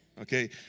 Okay